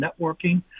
networking